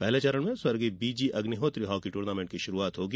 पहले चरण में स्व B G Agnihotri hockey tournament की शुरूआत होगी